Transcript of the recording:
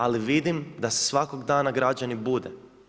Ali vidim da se svakog dana građani bude.